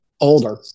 older